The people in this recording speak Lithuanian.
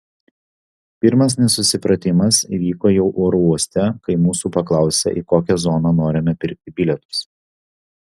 pirmas nesusipratimas įvyko jau oro uoste kai mūsų paklausė į kokią zoną norime pirkti bilietus